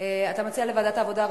אתה מציע כמובן ועדת העבודה,